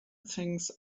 things